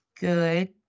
good